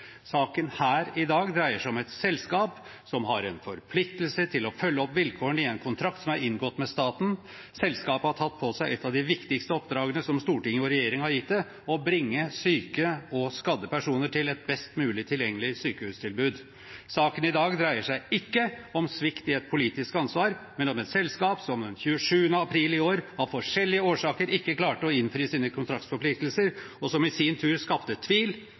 Saken i dag dreier seg om et selskap som har en forpliktelse til å følge opp vilkårene i en kontrakt som er inngått med staten. Selskapet har tatt på seg et av de viktigste oppdragene, som Stortinget og regjeringen har gitt det: å bringe syke og skadde personer til et best mulig tilgjengelig sykehustilbud. Saken i dag dreier seg ikke om svikt i et politisk ansvar, men om et selskap som den 27. april i år av forskjellige årsaker ikke klarte å innfri sine kontraktsforpliktelser, som i sin tur skapte tvil